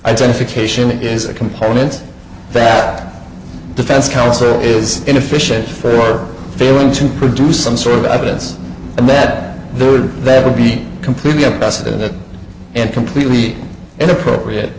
identification is a component that defense counsel is inefficient for failing to produce some sort of evidence and then there would that would be completely unprecedented and completely inappropriate